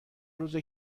روزه